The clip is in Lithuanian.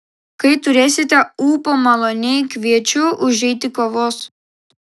kai turėsite ūpo maloniai kviečiu užeiti kavos